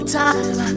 time